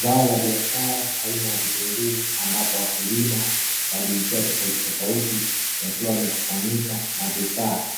Zao la biashara aina ya vitunguu, ambapo wakulima wa jinsia tofautitofauti wakiwa wamekusanyika na vifaa